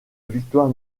victoire